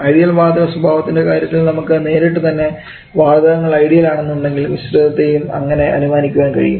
ideal വാതക സ്വഭാവത്തിൻറെ കാര്യത്തിൽ നമുക്ക് നേരിട്ട് തന്നെ വാതകങ്ങൾ ഐഡിയൽ ആണെന്ന് ഉണ്ടെങ്കിൽ മിശ്രിതത്തെയും അങ്ങനെ അനുമാനിക്കാൻ കഴിയും